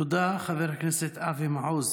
תודה, חבר הכנסת אבי מעוז.